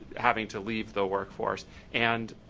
having to leave the work force, and